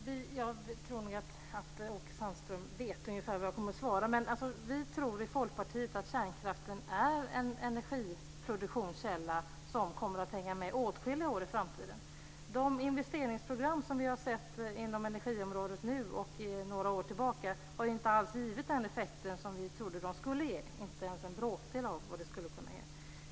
Fru talman! Jag tror nog att Åke Sandström vet ungefär vad jag kommer att svara. Vi i Folkpartiet tror att kärnkraften är en energiproduktionskälla som kommer att hänga med åtskilliga år i framtiden. De investeringsprogram som vi har sett inom energiområdet nu och sedan några år tillbaka har inte alls givit den effekten som vi trodde att de skulle ge, inte ens en bråkdel av vad de skulle kunna ge.